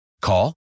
Call